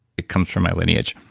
it comes from my lineage.